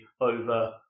over